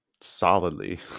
Solidly